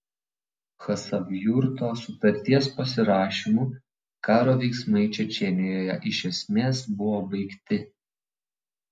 chasavjurto sutarties pasirašymu karo veiksmai čečėnijoje iš esmės buvo baigti